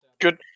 Good